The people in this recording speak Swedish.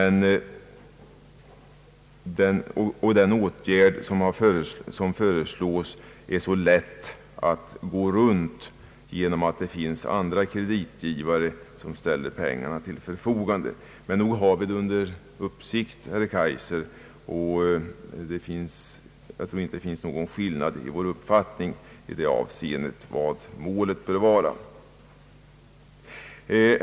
Den åtgärd som föreslås är så lätt att gå runt om genom att det finns andra kreditgivare som ställer pengarna till förfogande. Men nog har vi, herr Kaijser, problemet under uppsikt. Jag tror inte att det föreligger någon skillnad i våra uppfattningar beträffande målsättningen.